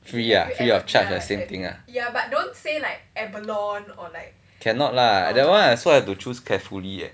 free ah free of charge the same thing ah cannot lah that one I also have to choose carefully eh